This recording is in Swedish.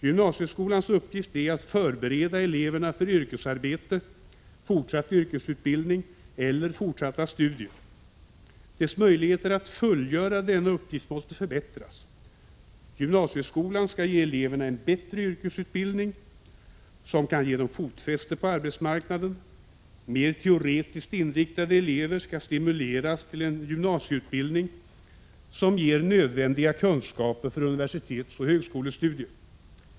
Gymnasieskolans uppgift är att förbereda eleverna för yrkesarbete, fortsatt yrkesutbildning eller fortsatta studier. Dess möjligheter att fullgöra denna uppgift måste förbättras. Gymnasieskolan skall ge eleverna en bättre yrkesutbildning, som kan ge dem fotfäste på arbetsmarknaden. Mer teoretiskt inriktade elever skall stimuleras till en gymnasieutbildning, som ger nödvändiga kunskaper för universitetseller högskolestudier.